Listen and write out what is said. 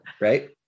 Right